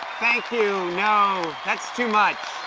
thank you, no, that's too much